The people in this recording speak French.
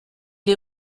les